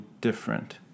different